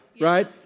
Right